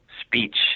speech